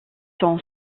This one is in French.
son